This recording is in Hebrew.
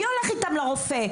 מי הולך איתם לרופא?